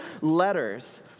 letters